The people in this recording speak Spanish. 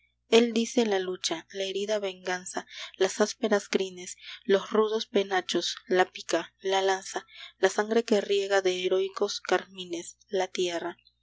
él dice la lucha la herida venganza las ásperas crines los rudos penachos la pica la lanza la sangre que riega de heroicos carmines la tierra